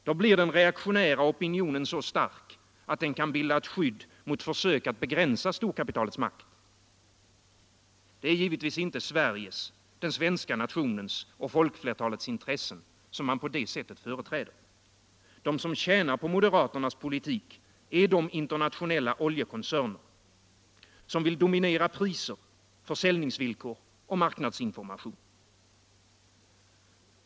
Då blir den reaktionära opinionen så stark, att den kan bilda ett skydd mot försök att begränsa storkapitalets makt. Det är givetvis inte Sveriges, den svenska nationens och folkflertalets intressen som man på det sättet företräder. De som tjänar på moderaternas politik är de internationella oljekoncerner som vill dominera priser, försäljningsvillkor och marknadsinformation.